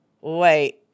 wait